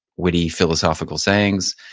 witty, philosophical sayings.